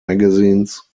magazines